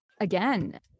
again